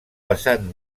vessant